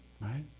Right